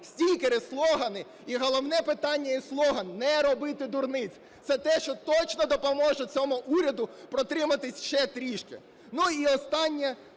стікери, слогани і головне питання і слоган – "не робити дурниць". Це те, що точно допоможе цьому уряду протриматись ще трішки. Ну і останнє,